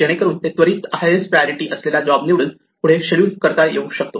जेणेकरून ते त्वरित हायेस्ट प्रायोरिटी असलेला जॉब निवडून पुढे शेड्युल करता येऊ शकतो